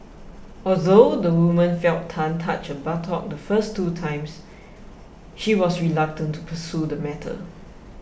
although the woman felt Tan touch her buttock the first two times she was reluctant to pursue the matter